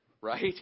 right